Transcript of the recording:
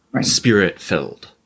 spirit-filled